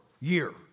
year